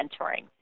mentoring